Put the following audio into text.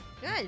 good